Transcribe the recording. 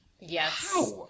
Yes